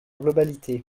globalité